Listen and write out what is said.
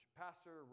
pastor